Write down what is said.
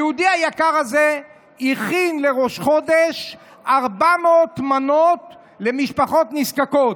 היהודי היקר הזה הכין לראש חודש 400 מנות למשפחות נזקקות,